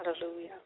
Hallelujah